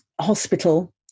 hospital